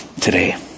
today